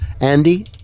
Andy